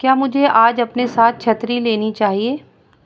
کیا مجھے آج اپنے ساتھ چھتری لینی چاہیے